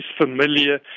familiar